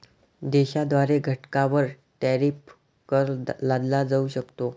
देशाद्वारे घटकांवर टॅरिफ कर लादला जाऊ शकतो